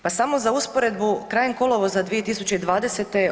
Pa samo za usporedbu krajem kolovoza 2020.